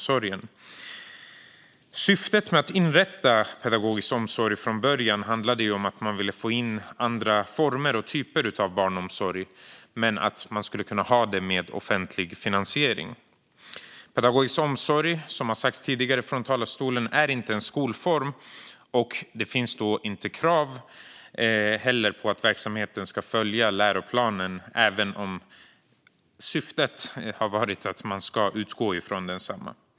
Syftet med att inrätta pedagogisk omsorg var från början att man ville få in andra former och typer av barnomsorg men att man skulle kunna ha det med offentlig finansiering. Pedagogisk omsorg är som sagt inte en skolform. Därmed finns det inte krav på att verksamheten ska följa läroplanen, även om syftet har varit att man ska utgå från densamma.